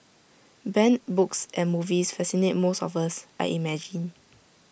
banned books and movies fascinate most of us I imagine